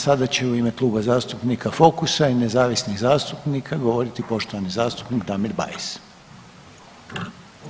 Sada će u ime Kluba zastupnika Fokusa i nezavisnih zastupnika govoriti poštovani zastupnik Damir Bajs.